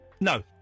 No